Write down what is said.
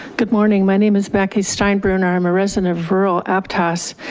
good morning, my name is becky steinbruner, i'm a resident of rural aptos.